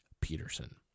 Peterson